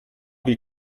wie